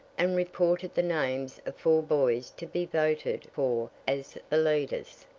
and reported the names of four boys to be voted for as the leaders.